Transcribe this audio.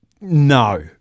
no